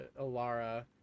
Alara